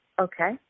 Okay